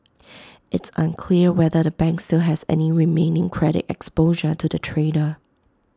it's unclear whether the bank still has any remaining credit exposure to the trader